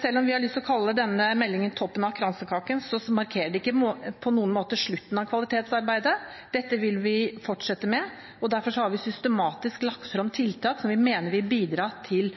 Selv om vi har lyst til å kalle denne meldingen toppen av kransekaken, så markerer den ikke på noen måte slutten av kvalitetsarbeidet. Dette vil vi fortsette med, og derfor har vi systematisk lagt frem tiltak som vi mener vil bidra til